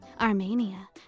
Armenia